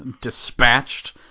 dispatched